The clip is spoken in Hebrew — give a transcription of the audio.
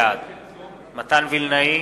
בעד מתן וילנאי,